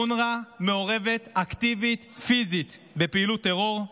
אונר"א מעורבת אקטיבית, פיזית, בפעילות טרור.